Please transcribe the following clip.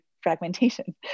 fragmentation